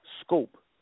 scope